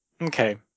Okay